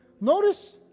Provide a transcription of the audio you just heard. notice